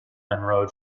monroe